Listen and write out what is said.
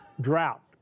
Drought